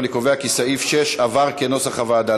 אני קובע כי סעיף 6 התקבל כנוסח הוועדה.